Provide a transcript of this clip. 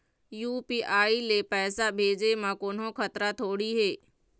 UPI ले पैसे भेजे म कोन्हो खतरा थोड़ी हे?